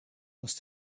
must